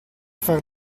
fare